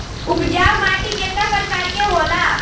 उपजाऊ माटी केतना प्रकार के होला?